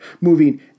moving